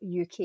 UK